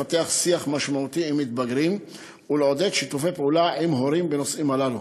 לפתח שיח משמעותי עם מתבגרים ולעודד שיתופי פעולה עם הורים בנושאים הללו.